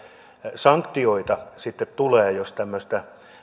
sanktioita sitten tulee jos tämmöistä